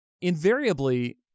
invariably